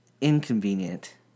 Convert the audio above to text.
Inconvenient